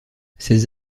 ces